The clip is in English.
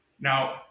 Now